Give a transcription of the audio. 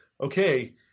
Okay